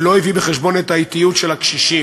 ולא הביא בחשבון את האטיות של הקשישים,